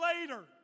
later